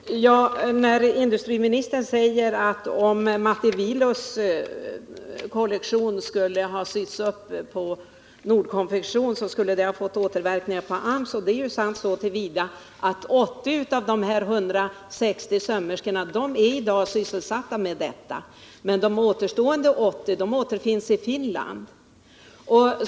Herr talman! När industriministern säger att om Matti Viios kollektion sytts upp på Nord Konfektion, så skulle det ha fått återverkningar på AMS, är detta sant så till vida att 80 av de 160 sömmerskorna i dag är sysselsatta med sådant arbete i Sverige, men de återstående 80 finns i Finland.